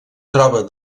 troba